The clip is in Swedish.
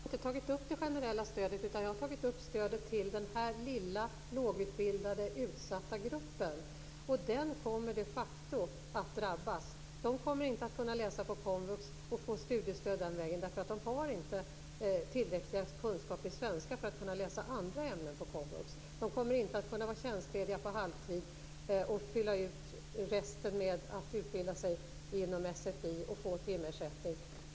Herr talman! Jag har inte tagit upp det generella stödet, utan jag har tagit upp stödet till den här lilla lågutbildade och utsatta gruppen. De kommer de facto att drabbas. De kommer inte att kunna läsa på komvux och få studiestöd den vägen, eftersom de inte har tillräckliga kunskaper i svenska för att kunna läsa andra ämnen på komvux. De kommer inte att kunna vara tjänstlediga på halvtid och fylla ut resten med att utbilda sig inom sfi och få timersättning.